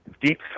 deep